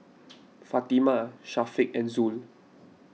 Fatimah Syafiq and Zul